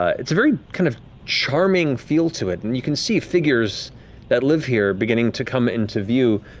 ah it's a very kind of charming feel to it, and you can see figures that live here, beginning to come into view,